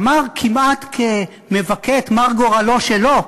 אמר כמעט כמבכה את מר גורלו שלו,